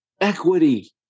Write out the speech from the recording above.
equity